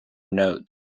notes